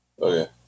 Okay